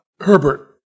Herbert